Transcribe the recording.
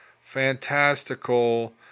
fantastical